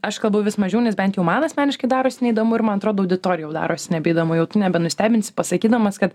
aš kalbu vis mažiau nes bent jau man asmeniškai darosi neįdomu ir man atrodo auditorijai jau darosi nebeįdomu jau nebenustebinsi pasakydamas kad